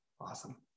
awesome